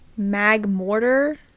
Magmortar